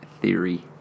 Theory